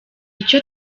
icyo